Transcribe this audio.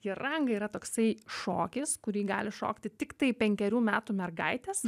jaranga yra toksai šokis kurį gali šokti tiktai penkerių metų mergaitės